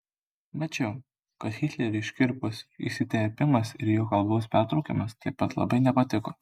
mačiau kad hitleriui škirpos įsiterpimas ir jo kalbos pertraukimas taip pat labai nepatiko